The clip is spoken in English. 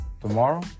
Tomorrow